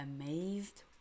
amazed